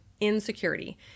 insecurity